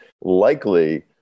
likely